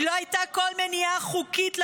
כי לא הייתה כל מניעה חוקית למינוי,